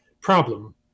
problem